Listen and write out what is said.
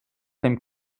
dem